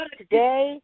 today